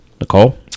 Nicole